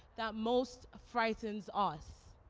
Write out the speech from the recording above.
that most frightens us.